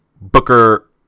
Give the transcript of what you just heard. Booker